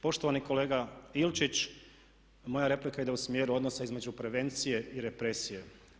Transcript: Poštovani kolega Ilčić moja replika ide u smjeru odnosa između prevencije i represije.